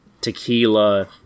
tequila